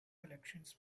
collections